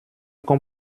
qu’on